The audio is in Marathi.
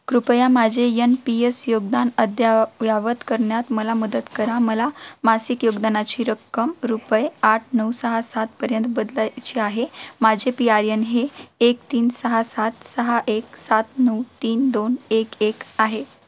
कृपया माझे यन पी यस योगदान अद्ययावत करण्यात मला मदत करा मला मासिक योगदानाची रक्कम रुपये आठ नऊ सहा सातपर्यंत बदलायची आहे माझे पी आर एन हे एक तीन सहा सात सहा एक सात नऊ तीन दोन एक एक आहे